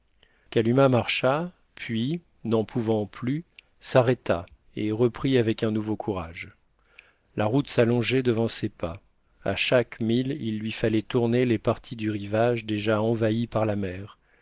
kalumah marcha puis n'en pouvant plus s'arrêta et reprit avec un nouveau courage la route s'allongeait devant ses pas à chaque mille il lui fallait tourner les parties du rivage déjà envahies par la mer